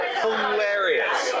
hilarious